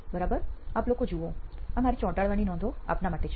બરાબર આપ લોકો જુઓ આ મારી ચોંટાડવાની નોંધો આપના માટે છે